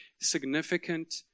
significant